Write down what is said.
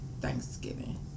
thanksgiving